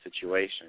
situation